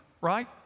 right